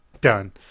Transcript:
Done